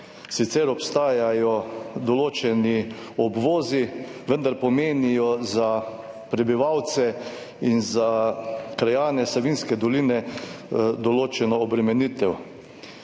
Sicer obstajajo določeni obvozi, vendar pomenijo za prebivalce in za krajane Savinjske doline določeno obremenitev.